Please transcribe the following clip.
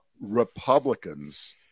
Republicans